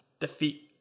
defeat